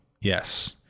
Yes